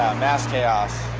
mass chaos